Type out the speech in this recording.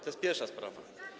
To jest pierwsza sprawa.